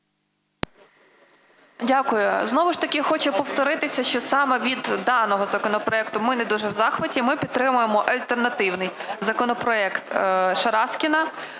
Дякую. Знову ж таки хочу повторитися, що саме від даного законопроекту ми не дуже в захваті. Ми підтримуємо альтернативний законопроект Шараськіна.